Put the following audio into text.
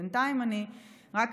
בינתיים אני רק,